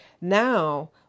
Now